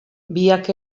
biak